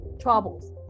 troubles